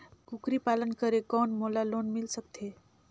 कूकरी पालन करे कौन मोला लोन मिल सकथे?